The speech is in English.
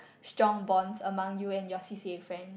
strong bond among you and your C_C_A friend